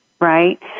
right